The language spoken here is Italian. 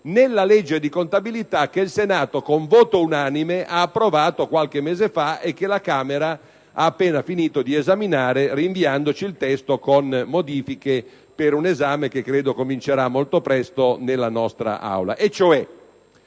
nella legge di contabilità che il Senato, con voto unanime, ha approvato qualche mese fa e che la Camera ha appena finito di esaminare, rinviandoci il testo con modifiche, per un esame che credo comincerà molto presto nella nostra Aula.